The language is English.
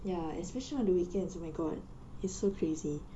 ya especially on the weekends oh my god it's so crazy